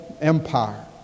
Empire